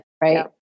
right